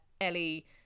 Ellie